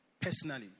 Personally